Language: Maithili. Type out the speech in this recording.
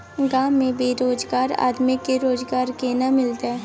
गांव में बेरोजगार आदमी के रोजगार केना मिलते?